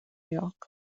york